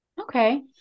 Okay